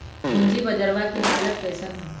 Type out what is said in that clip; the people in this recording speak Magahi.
पूंजी बजरवा के हालत कैसन है?